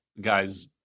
guys